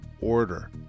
order